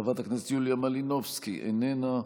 חברת הכנסת יוליה מלינובסקי, איננה,